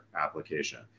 application